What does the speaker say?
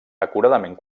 acuradament